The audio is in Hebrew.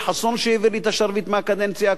שהביא לי את השרביט מהקדנציה הקודמת,